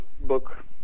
book